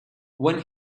when